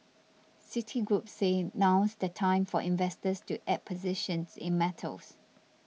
Citigroup said now's the time for investors to add positions in metals